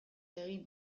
egin